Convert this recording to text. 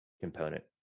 component